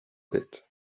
bit